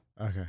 Okay